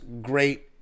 great